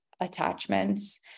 attachments